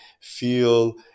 feel